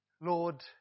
Lord